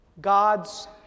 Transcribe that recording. God's